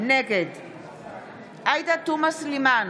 נגד עאידה תומא סלימאן,